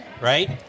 right